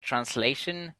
translation